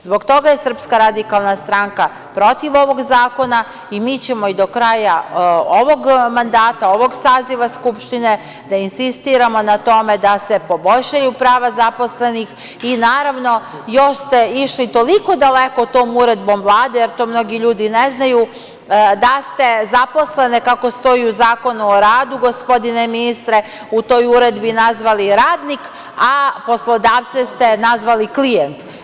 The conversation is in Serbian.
Zbog toga je SRS protiv ovog zakona i mi ćemo i do kraja ovog mandata, ovog saziva Skupštine, da insistiramo na tome da se poboljšaju prava zaposlenih i naravno još ste išli toliko daleko tom uredbom Vlade, jer to mnogi ljudi ne znaju, da ste zaposlene, kako stoji u Zakonu o radu, gospodine ministre, u toj uredbi nazvali – radnik, a poslodavce ste nazvali – klijent.